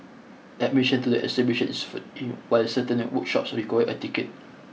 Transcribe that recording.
admission to the exhibition is free while certain workshops require a ticket